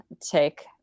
take